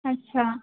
अच्छा